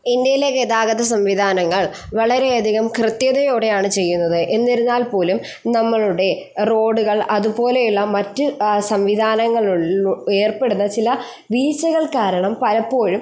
ഇന്ത്യയിലെ ഗതാഗത സംവിധാനങ്ങൾ വളരെയധികം കൃത്യതയോടെയാണ് ചെയ്യുന്നത് എന്നിരുന്നാൽ പോലും നമ്മളുടെ റോഡുകൾ അതുപോലെയുള്ള മറ്റു സംവിധാനങ്ങളു ഏർപ്പെടുന്ന ചില വീഴ്ചകൾ കാരണം പലപ്പോഴും